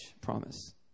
promise